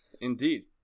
Indeed